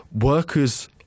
workers